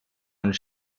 und